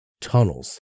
Tunnels